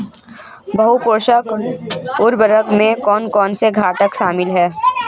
बहु पोषक उर्वरक में कौन कौन से घटक शामिल हैं?